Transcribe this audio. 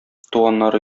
туганнары